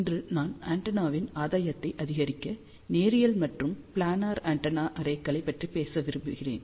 இன்று நான் ஆண்டெனாவின் ஆதாயத்தை அதிகரிக்க நேரியல் மற்றும் பிளானர் ஆண்டெனா அரேகளைப் பற்றி பேச போகிறேன்